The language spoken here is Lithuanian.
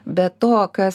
be to kas